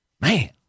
Man